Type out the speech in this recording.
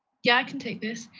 yeah, i can take this.